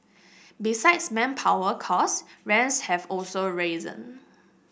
besides manpower costs rents have also risen